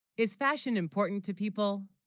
is fashion important to people